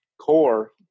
core